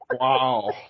Wow